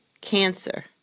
Cancer